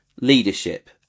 leadership